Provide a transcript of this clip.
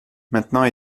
maintenant